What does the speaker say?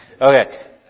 Okay